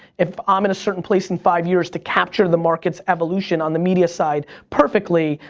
if i'm in a certain place in five years to capture the market's evolution on the media side perfectly,